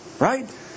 Right